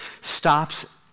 stops